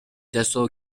жасоо